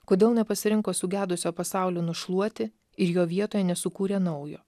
kodėl nepasirinko sugedusio pasaulio nušluoti ir jo vietoje nesukūrė naujo